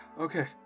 Okay